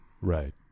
Right